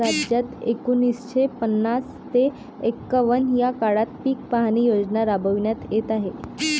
राज्यात एकोणीसशे पन्नास ते एकवन्न या काळात पीक पाहणी योजना राबविण्यात येत आहे